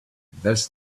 this